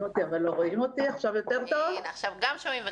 שלום.